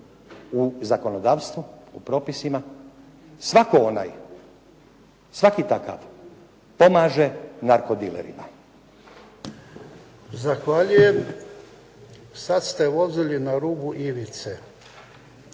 u zakonodavstvo, u propisima, svaki onaj, svaki takav pomaže narkodilerima. **Jarnjak, Ivan (HDZ)** Zahvaljujem. Sada ste vozili na rubu ivice.